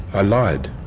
i lied.